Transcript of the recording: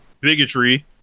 bigotry